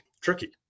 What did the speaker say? tricky